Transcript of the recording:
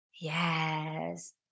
Yes